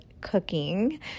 cooking